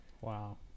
Wow